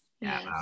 Yes